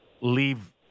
leave